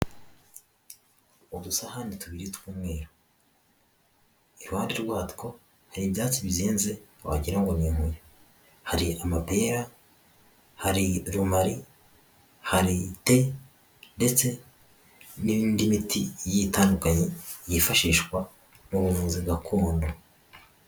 Udusahani tubiri tw'umweru; iruhande rwatwo hari ibyatsi bizinze wagira ngo n'inkuyo, hari amapera ,hari romari, hari te ndetse n'indi miti itandukanye yifashishwa n'ubuvuzi gakondo.